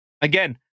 Again